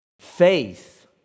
Faith